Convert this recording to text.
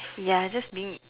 ya just being